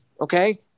okay